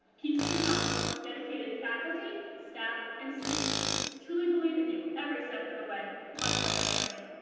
keystone college's dedicated faculty, staff, and students truly believe in you every step of the way, much like a family,